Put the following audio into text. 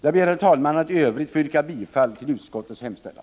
Jag ber, herr talman, att i övrigt få yrka bifall till utskottets hemställan.